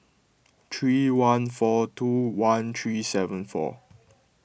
three one four two one three seven four